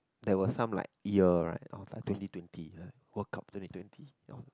there was some like year right orh twenty twenty the World Cup twenty twenty